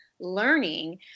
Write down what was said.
learning